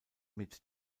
mit